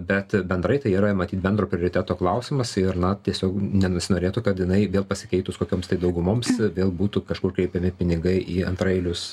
bet bendrai tai yra matyt bendro prioriteto klausimas ir na tiesiog nebesinorėtų kad jinai vėl pasikeitus kokioms tai daugumoms vėl būtų kažkur kreipiami pinigai į antraeilius